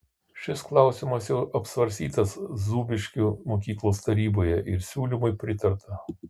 šis klausimas jau apsvarstytas zūbiškių mokyklos taryboje ir siūlymui pritarta